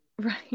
Right